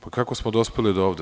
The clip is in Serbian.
Pa, kako smo dospeli dovde?